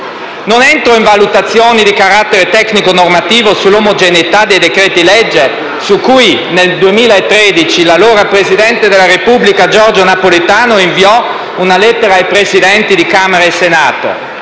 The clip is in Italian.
Non entro in valutazioni di carattere tecnico-normativo sull'omogeneità dei decreti-legge su cui, nel 2013, l'allora presidente della Repubblica Giorgio Napolitano inviò una lettera ai Presidenti di Camera e Senato.